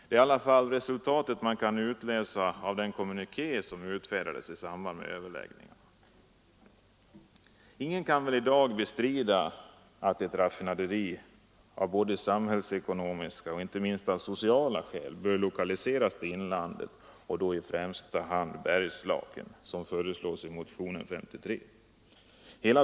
Det är i alla fall det resultat man kan utläsa av den kommuniké som utfärdades i samband med överläggningarna. Ingen kan väl i dag bestrida att ett raffinaderi av både samhällsekonomiska och inte minst sociala skäl bör lokaliseras till inlandet, företrädesvis Bergslagen, vilket föreslås i motionen 53.